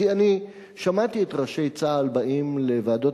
כי אני שמעתי את ראשי צה"ל באים לוועדות